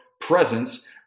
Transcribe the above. Presence